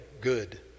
good